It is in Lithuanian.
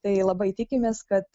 tai labai tikimės kad